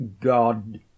GOD